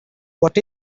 what